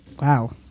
Wow